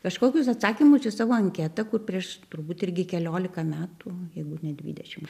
kažkokius atsakymus ir savo anketą kur prieš turbūt irgi keliolika metų jeigu ne dvidešimt